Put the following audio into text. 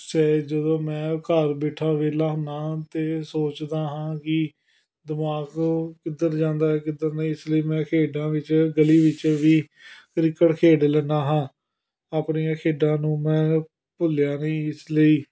ਸੈ ਜਦੋਂ ਮੈਂ ਘਰ ਬੈਠਾ ਵਿਹਲਾ ਹੁੰਦਾ ਹਾਂ ਅਤੇ ਸੋਚਦਾ ਹਾਂ ਕਿ ਦਿਮਾਗ ਕਿੱਧਰ ਜਾਂਦਾ ਕਿੱਧਰ ਨਹੀਂ ਇਸ ਲਈ ਮੈਂ ਖੇਡਾਂ ਵਿੱਚ ਗਲੀ ਵਿੱਚ ਵੀ ਕ੍ਰਿਕਟ ਖੇਡ ਲੈਂਦਾ ਹਾਂ ਆਪਣੀਆਂ ਖੇਡਾਂ ਨੂੰ ਮੈਂ ਭੁੱਲਿਆ ਨਹੀਂ ਇਸ ਲਈ